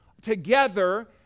together